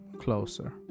closer